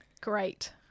Great